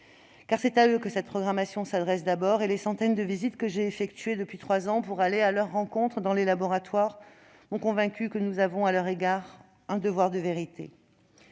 Car c'est à eux que cette programmation s'adresse d'abord, et les centaines de visites que j'ai effectuées depuis trois ans pour aller à leur rencontre dans les laboratoires m'ont convaincue que nous avons à leur égard un devoir de vérité.